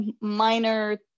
minor